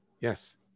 Yes